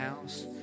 house